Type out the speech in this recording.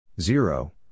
zero